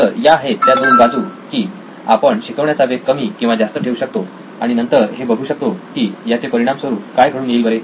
तर या आहेत त्या दोन बाजू की आपण शिकवण्याचा वेग कमी किंवा जास्त ठेवू शकतो आणि नंतर हे बघू शकतो की याचे परिणाम स्वरुप काय घडून येईल बरे